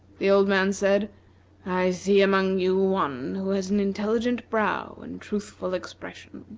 the old man said i see among you one who has an intelligent brow and truthful expression.